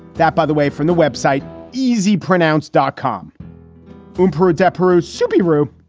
that, by the way, from the website easy pronounce dot com boom per adepero shooby rube.